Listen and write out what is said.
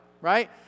right